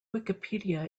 wikipedia